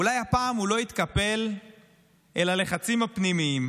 אולי הפעם הוא לא יתקפל אל הלחצים הפנימיים,